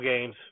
games